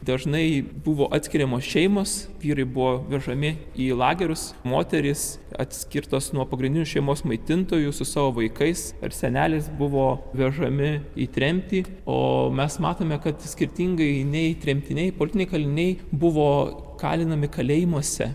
dažnai buvo atskiriamos šeimos vyrai buvo vežami į lagerius moterys atskirtos nuo pagrindinių šeimos maitintojų su savo vaikais ar seneliais buvo vežami į tremtį o mes matome kad skirtingai nei tremtiniai politiniai kaliniai buvo kalinami kalėjimuose